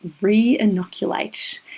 re-inoculate